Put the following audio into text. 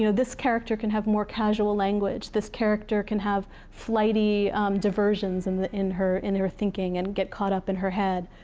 you know this character can have more casual language. this character can have flighty diversions and in her in her thinking, and get caught up in her head.